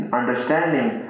understanding